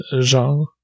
genre